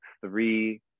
three